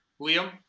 Liam